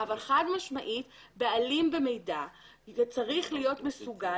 אבל חד משמעית בעלים במידע צריך להיות מסוגל,